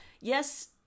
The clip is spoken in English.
yes